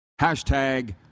Hashtag